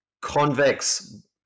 convex